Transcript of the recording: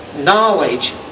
Knowledge